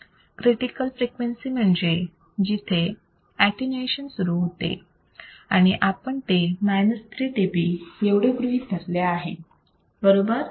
critical frequency म्हणजे जिथे attenuation सुरू होते आणि आपण ते minus 3 dB एवढे गृहीत धरले आहे बरोबर